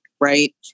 right